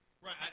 right